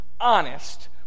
honest